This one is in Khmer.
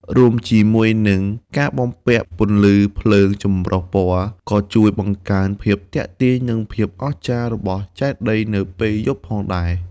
រួមជាមួយនឹង ការបំពាក់ពន្លឺភ្លើងចម្រុះពណ៌ ក៏ជួយបង្កើនភាពទាក់ទាញ និងភាពអស្ចារ្យរបស់ចេតិយនៅពេលយប់ផងដែរ។